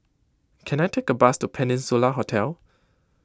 can I take a bus to Peninsula Hotel